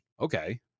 Okay